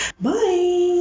Bye